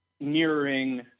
mirroring